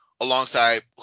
alongside